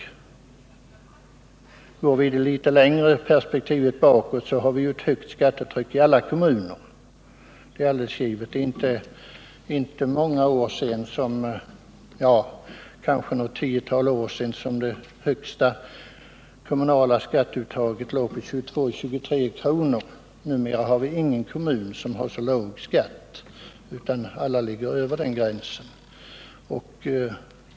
Går vi litet längre i perspektivet bakåt kan det ju sägas att skattetrycket är högt i alla kommuner. Det är inte mer än ett tiotal år sedan som det högsta kommunala uttaget låg på 22-23 kr. Numera har vi ingen kommun som har så låg skatt. Alla ligger över den gränsen.